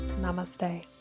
Namaste